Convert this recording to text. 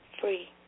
free